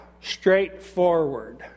Straightforward